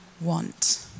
want